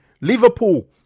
Liverpool